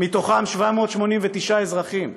בהם 789 אזרחים.